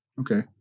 okay